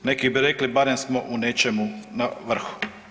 Neki bi rekli, barem smo u nečemu na vrhu.